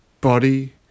body